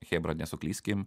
chebra nesuklyskim